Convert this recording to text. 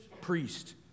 priest